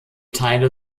teile